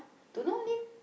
don't know Lin